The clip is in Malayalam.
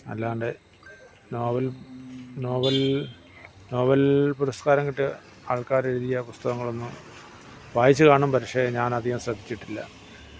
അല്ലാണ്ട് നോവല് നോവല് നോബല് പുരസ്കാരം കിട്ടിയ ആള്ക്കാരെഴുതിയ പുസ്തകങ്ങളൊന്നും വായിച്ച് കാണും പക്ഷെ ഞാനധികം ശ്രദ്ധിച്ചിട്ടില്ല